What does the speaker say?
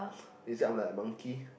is it I'm like a monkey